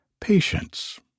patience